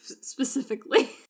specifically